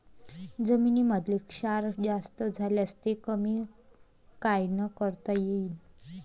जमीनीमंदी क्षार जास्त झाल्यास ते कमी कायनं करता येईन?